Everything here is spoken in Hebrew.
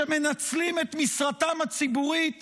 שמנצלים את משרתם הציבורית